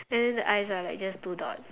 and then the eyes are like just two dots